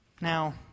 Now